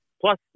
Plus